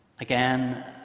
Again